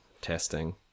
Testing